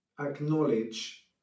Acknowledge